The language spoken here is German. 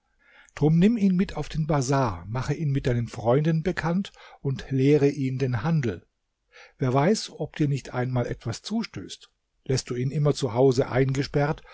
drum nimm ihn mit dir auf den bazar mache ihn mit deinen freunden bekannt und lehre ihn den handel wer weiß ob dir nicht einmal etwas zustößt läßt du ihn immer zu hause eingesperrt